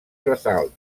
ressalt